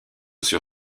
sur